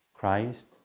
Christ